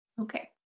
Okay